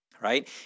right